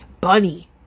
Bunny